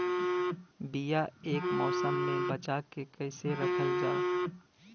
बीया ए मौसम में बचा के कइसे रखल जा?